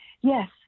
Yes